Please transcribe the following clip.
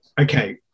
Okay